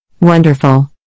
Wonderful